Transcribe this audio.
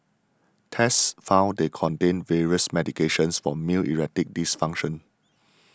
tests found they contained various medications for male erectile dysfunction